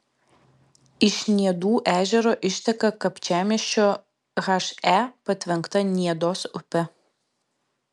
iš niedų ežero išteka kapčiamiesčio he patvenkta niedos upė